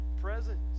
presence